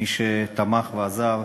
שכבר נמצא מוכן.